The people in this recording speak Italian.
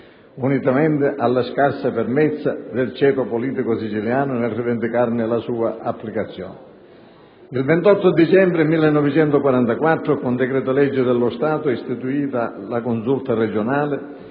unitamente alla scarsa fermezza del ceto politico siciliano nel rivendicarne l'applicazione. Il 28 dicembre 1944, con un decreto-legge, lo Stato istituì la Consulta regionale,